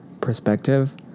perspective